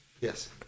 Yes